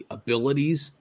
abilities